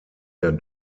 der